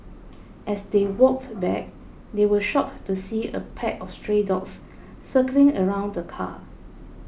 as they walked back they were shocked to see a pack of stray dogs circling around the car